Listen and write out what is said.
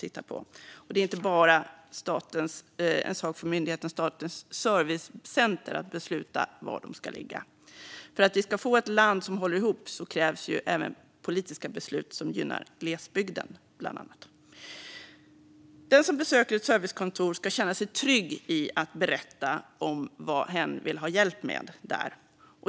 Och var de ska ligga är inte bara en sak för Statens servicecenter att besluta om. För att vi ska få ett land som håller ihop krävs även politiska beslut som gynnar glesbygden, bland annat. Den som besöker ett servicekontor ska känna sig trygg i att berätta om vad hen vill ha hjälp med där.